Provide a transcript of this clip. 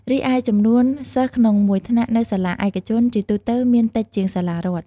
រីឯចំនួនសិស្សក្នុងមួយថ្នាក់នៅសាលាឯកជនជាទូទៅមានតិចជាងសាលារដ្ឋ។